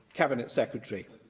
cabinet secretary?